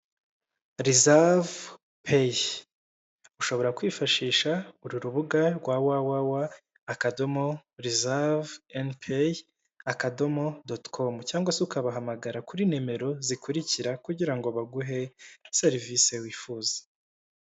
Reserve Pay ushobora kwifashisha uru rubuga rwa www.reservenpay.com cyangwa se ukabahamagara kuri nimero zikurikira kugira ngo baguhe serivisi wifuza.